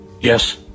Yes